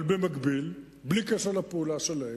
אבל במקביל, בלי קשר לפעולה שלהם,